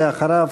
ואחריו,